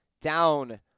down